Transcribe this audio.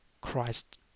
Christ